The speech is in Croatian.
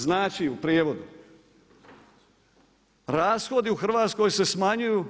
Znači u prijevodu, rashodi u Hrvatskoj se smanjuju.